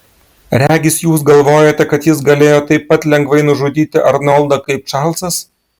regis jūs galvojate kad jis galėjo taip pat lengvai nužudyti arnoldą kaip čarlzas